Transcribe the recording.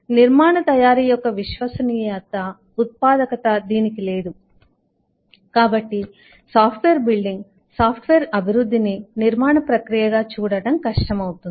నిర్మాణ తయారీ యొక్క విశ్వసనీయత ఉత్పాదకత దీనికి లేదు కాబట్టి సాఫ్ట్వేర్ బిల్డింగ్ సాఫ్ట్వేర్ అభివృద్ధిని నిర్మాణ ప్రక్రియగా చూడటం కష్టమవుతుంది